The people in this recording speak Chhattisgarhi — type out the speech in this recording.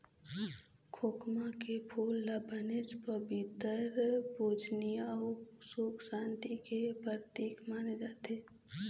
खोखमा के फूल ल बनेच पबित्तर, पूजनीय अउ सुख सांति के परतिक माने जाथे